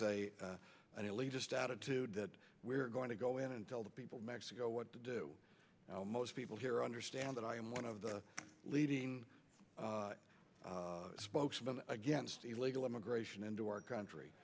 s an elitist attitude that we're going to go in and tell the people of mexico what to do now most people here understand that i am one of the leading spokesmen against illegal immigration into our country